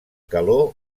calor